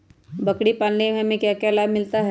बकरी पालने से हमें क्या लाभ मिलता है?